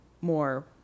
more